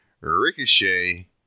Ricochet